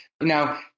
Now